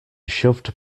shoved